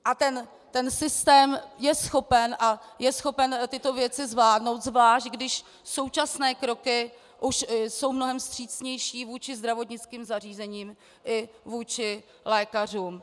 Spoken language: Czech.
A ten systém je schopen a je schopen tyto věci zvládnout, zvlášť když současné kroky už jsou mnohem vstřícnější vůči zdravotnickým zařízením i vůči lékařům.